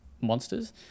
monsters